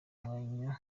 mwanya